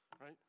right